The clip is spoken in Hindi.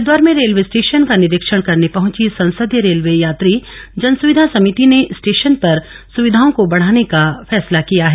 हरिद्वार में रेलवे स्टेशन का निरीक्षण करने पहंची संसदीय रेलवे यात्री जनसूविधा समिति ने स्टेशन पर सूविधाओं को बढ़ाने का फैसला किया है